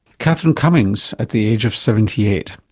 katherine cummings, at the age of seventy eight.